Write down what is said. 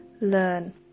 Learn